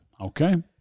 Okay